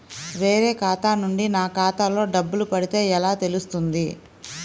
వేరే ఖాతా నుండి నా ఖాతాలో డబ్బులు పడితే ఎలా తెలుస్తుంది?